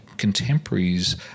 contemporaries